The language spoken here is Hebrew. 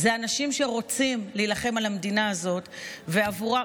אלה אנשים שרוצים להילחם על המדינה הזאת ועבורה,